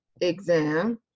exam